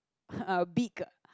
uh beak